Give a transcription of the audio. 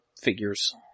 figures